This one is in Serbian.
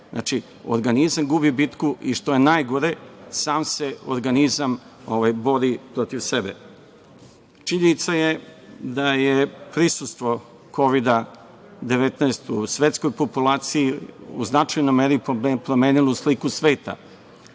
Znači, organizam gubi bitku i što je najgore, sam se organizam bori protiv sebe. Činjenica je da je prisustvo Kovida 19 u svetskoj populaciji u značajnoj meri promenilo sliku sveta,